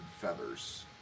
feathers